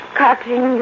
cutting